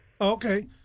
okay